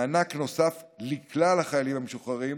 מענק נוסף לכלל החיילים המשוחררים